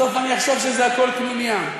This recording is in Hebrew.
בסוף אני אחשוב שזה הכול קנוניה.